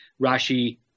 Rashi